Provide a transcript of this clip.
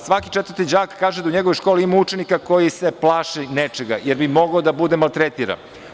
Svaki četvrti đak kaže da u njegovoj školi ima učenika koji se plaši nečega, jer bi mogao da bude maltretiran.